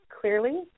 clearly